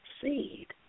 seed